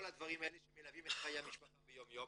כל הדברים שמלווים את חיי המשפחה ביום יום,